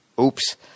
Oops